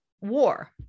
war